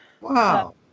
Wow